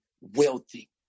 wealthy